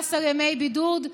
ל-14 ימי בידוד.